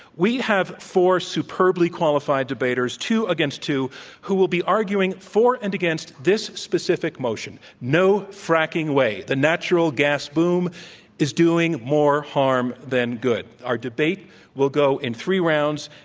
we have four superbly qualified debaters two against two who will be arguing for and against this specific motion no fracking way the natural gas boom is doing more harm than good. our debate will go in three rounds.